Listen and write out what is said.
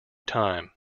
time